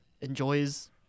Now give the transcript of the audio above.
enjoys